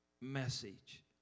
message